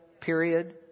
period